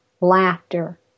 laughter